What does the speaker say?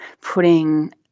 putting